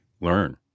learn